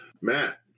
Matt